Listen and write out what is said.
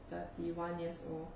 thirty one years old